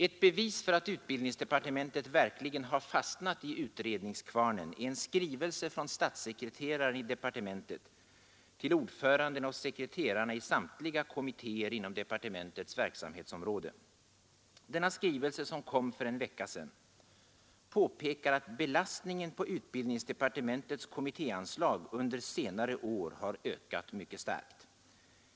Ett bevis för att utbildningsdepartementet verkligen har fastnat i utredningskvarnen är en skrivelse från statssekreteraren i departementet till ordförandena och sekreterarna i samtliga kommittéer inom departementets verksamhetsområde. Denna skrivelse, som kom för en vecka sedan, påpekar att belastningen på utbildningsdepartementets kommitté anslag under senare år har ökat mycket starkt.